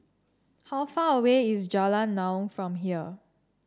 how far away is Jalan Naung from here